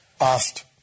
asked